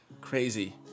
crazy